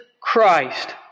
Christ